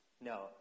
No